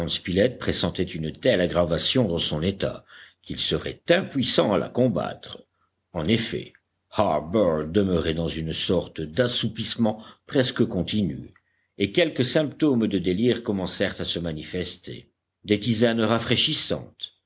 pressentait une telle aggravation dans son état qu'il serait impuissant à la combattre en effet harbert demeurait dans une sorte d'assoupissement presque continu et quelques symptômes de délire commencèrent à se manifester des tisanes rafraîchissantes